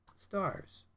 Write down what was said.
stars